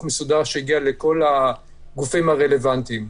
מסודר שיגיע לכל הגופים הרלוונטיים.